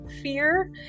fear